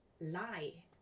lie